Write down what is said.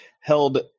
held